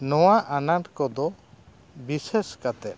ᱱᱚᱣᱟ ᱟᱱᱟᱴ ᱠᱚᱫᱚ ᱵᱤᱥᱮᱥ ᱠᱟᱛᱮ